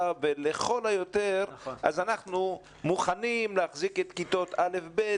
ולכל היותר הם מוכנים להחזיק את כיתות א'-ב',